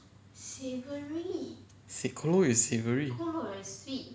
s~ gu lou yok is savoury